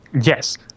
Yes